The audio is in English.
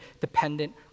dependent